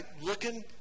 looking